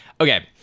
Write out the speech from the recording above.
okay